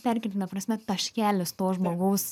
perkeltine prasme taškelis to žmogaus